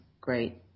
great